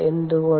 എന്തുകൊണ്ട്